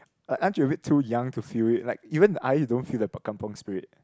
uh aren't you a bit too young to feel it like even I don't feel the kampung Spirit